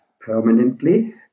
permanently